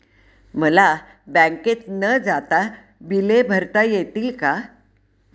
मला बँकेत न जाता बिले भरता येतील का?